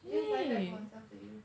she just buy back for herself to use